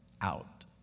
Out